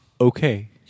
Okay